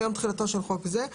ביום תחילתו של חוק זה.